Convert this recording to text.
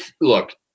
Look